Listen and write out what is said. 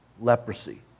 leprosy